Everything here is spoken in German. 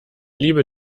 liebe